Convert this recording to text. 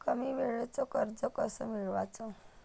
कमी वेळचं कर्ज कस मिळवाचं?